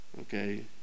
Okay